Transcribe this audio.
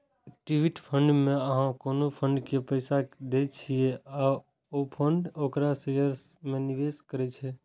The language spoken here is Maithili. इक्विटी फंड मे अहां कोनो फंड के पैसा दै छियै आ ओ फंड ओकरा शेयर मे निवेश करै छै